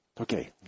Okay